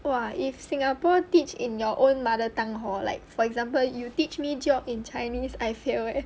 !wah! if singapore teach in your own mother tongue hor like for example you teach me geog in chinese I fail eh